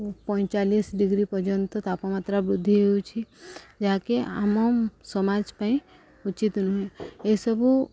ପଇଁଚାଲିଶ degree ପର୍ଯ୍ୟନ୍ତ ତାପମାତ୍ରା ବୃଦ୍ଧି ହେଉଛି ଯାହାକି ଆମ ସମାଜ ପାଇଁ ଉଚିତ ନୁହେଁ ଏସବୁ